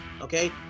Okay